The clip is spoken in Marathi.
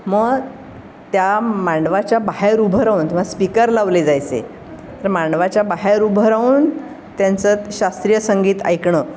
मग त्या मांडवाच्या बाहेर उभं राहून किंवा स्पीकर लावले जायचे तर मांडवाच्या बाहेर उभं राहून त्यांचं शास्त्रीय संगीत ऐकणं